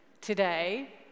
today